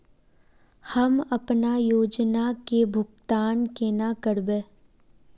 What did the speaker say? हम अपना योजना के भुगतान केना करबे?